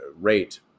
rate